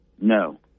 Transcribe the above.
No